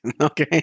okay